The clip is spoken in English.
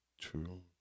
True